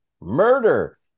murder